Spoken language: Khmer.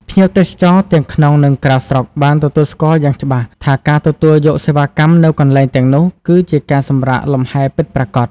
ភ្ញៀវទេសចរទាំងក្នុង និងក្រៅស្រុកបានទទួលស្គាល់យ៉ាងច្បាស់ថាការទទួលយកសេវាកម្មនៅកន្លែងទាំងនោះគឺជាការសម្រាកលំហែពិតប្រាកដ។